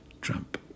Trump